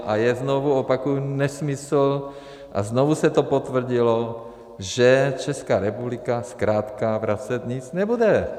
A je, znovu opakuji, nesmysl, a znovu se to potvrdilo, že Česká republika zkrátka vracet nic nebude.